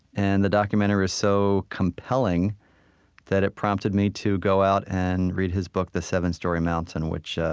and the documentary was so compelling that it prompted me to go out and read his book, the seven storey mountain, which,